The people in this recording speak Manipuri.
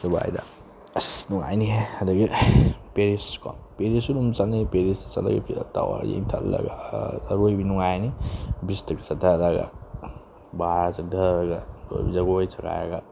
ꯗꯨꯕꯥꯏꯗ ꯑꯁ ꯅꯨꯡꯉꯥꯏꯅꯤꯍꯦ ꯑꯗꯒꯤ ꯄꯦꯔꯤꯁ ꯀꯣ ꯄꯦꯔꯤꯁꯁꯨ ꯑꯗꯨꯝ ꯆꯠꯅꯩ ꯄꯦꯔꯤꯁꯇ ꯆꯠꯂꯒ ꯏꯐꯤꯜ ꯇꯥꯋꯥꯔ ꯌꯦꯡꯊꯠꯂꯒ ꯑꯔꯣꯏꯕꯤ ꯅꯨꯡꯉꯥꯏꯔꯅꯤ ꯕꯤꯁꯇꯒ ꯆꯠꯊꯔꯒ ꯕꯥꯔ ꯆꯪꯊꯔꯒ ꯖꯒꯣꯏ ꯁꯥꯈꯥꯏꯔꯒ